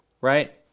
right